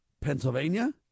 Pennsylvania